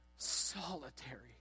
solitary